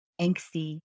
angsty